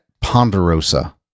Ponderosa